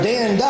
Dan